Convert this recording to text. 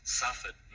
suffered